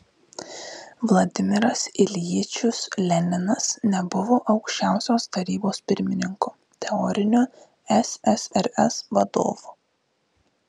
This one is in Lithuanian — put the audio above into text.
vladimiras iljičius leninas nebuvo aukščiausios tarybos pirmininku teoriniu ssrs vadovu